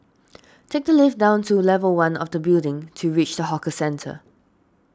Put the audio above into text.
take the lift down to level one of the building to reach the hawker centre